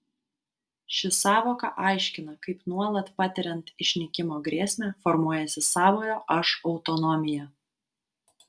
ši sąvoka aiškina kaip nuolat patiriant išnykimo grėsmę formuojasi savojo aš autonomija